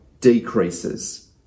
decreases